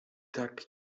tak